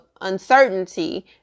uncertainty